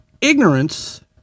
Ignorance